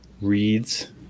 reads